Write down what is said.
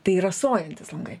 tai rasojantys langai